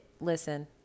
listen